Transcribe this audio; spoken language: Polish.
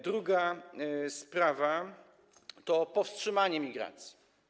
Druga sprawa to powstrzymanie migracji.